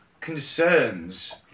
concerns